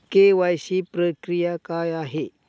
KYC प्रक्रिया काय आहे?